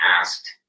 asked